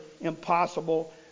impossible